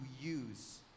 use